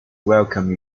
welcome